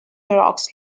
rocks